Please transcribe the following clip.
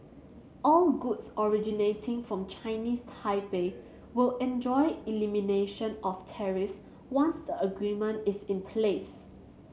all goods originating from Chinese Taipei will enjoy elimination of tariffs once the agreement is in place